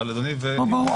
אבל אדוני --- ברור,